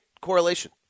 correlation